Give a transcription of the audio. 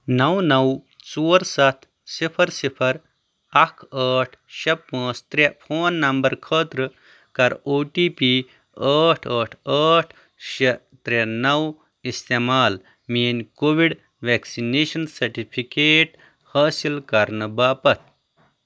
نَو نَو ژور ستھ صفر صفر اَکھ ٲٹھ شیٚے پٲنژ ترے فون نمبرٕ خٲطرٕ کر او ٹی پی ٲٹھ ٲٹھ ٲٹھ شیٚے ترے نَو استعمال میٲنۍ کووِڈ ویکسِنیشن سٹِفِکیٹ حٲصِل کرنہٕ باپتھ